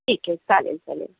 ठीक आहे चालेल चालेल